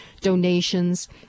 donations